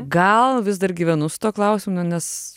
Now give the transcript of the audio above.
gal vis dar gyvenu su tuo klausimu nes